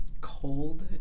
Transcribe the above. cold